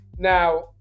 Now